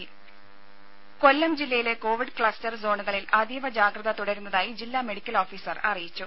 ദേശ കൊല്ലം ജില്ലയിലെ covid cluster സോണുകളിൽ അതീവ ജാഗ്രത തുടരുന്നതായി ജില്ലാ മെഡിക്കൽ ഓഫീസർ അറിയിച്ചു